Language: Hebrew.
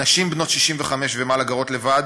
נשים בנות 65 ומעלה גרות לבד